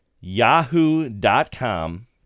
Yahoo.com